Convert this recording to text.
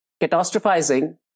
catastrophizing